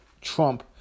Trump